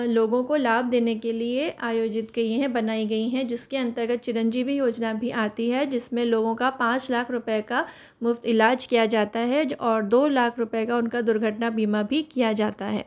लोगों को लाभ देने के लिए आयोजित की हैं बनाई गई हैं जिस के अंतर्गत चिरंजीवी योजना भी आती है जिस में लोगों का पाँच लाख रुपये का मुफ़्त इलाज किया जाता है और दो लाख रुपये का उन का दुर्घटना बीमा भी किया जाता है